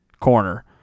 corner